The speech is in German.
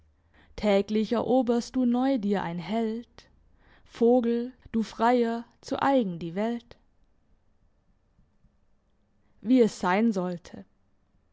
täglich eroberst du neu dir ein held vogel du freier zu eigen die welt wie es sein sollte